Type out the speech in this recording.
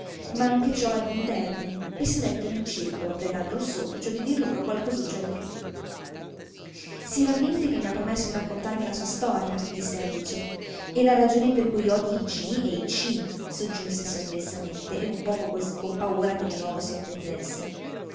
ma anche ciò ebbe un termine e sedettero in circolo pregando il sorcio di dir loro qualcosuccia di più si rammenti che mi ha promesso di raccontarmi la sua storia disse alice e la ragione per cui odia i g e i c soggiunse sommessamente e un poco con paura che di nuovo si offendesse